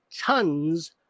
tons